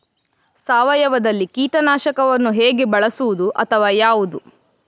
ಸಾವಯವದಲ್ಲಿ ಕೀಟನಾಶಕವನ್ನು ಹೇಗೆ ಬಳಸುವುದು ಅಥವಾ ಯಾವುದು?